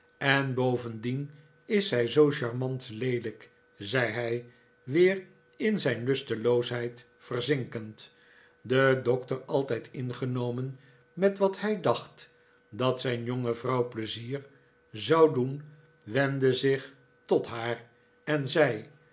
en bovendien is zij zoo charmant leelijk zei hij weer in zijn lusteloosheid verzinkend de doctor altijd ingenomen met wat hij dacht dat zijn jonge vrouw pleizier zou doen wendde zich tot haar en zei